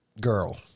girl